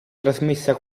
trasmessa